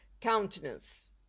countenance